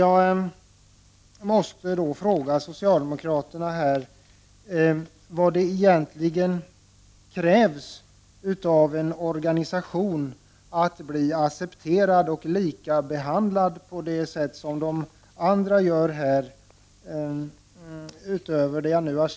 Jag måste fråga socialdemokraterna vad som egentligen krävs av en organisation för att den skall bli accepterad och bli behandlad på samma sätt som andra bostadsrättsorganisationer.